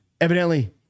Evidently